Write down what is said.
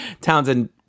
Townsend